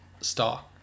star